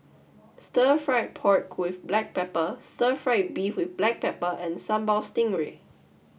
Stir Fried Pork with Black Pepper Stir Fried Beef with Black Pepper and Sambal Stingray